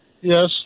Yes